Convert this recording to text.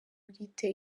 bwite